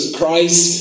Christ